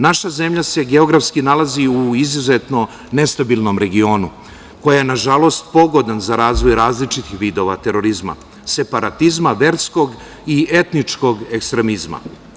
Naša zemlja se geografski nalazi u izuzetno nestabilnom regionu, koja je na žalost pogodna za razvoj različitih vidova terorizma, separatizma, verskog i etničkog ekstremizma.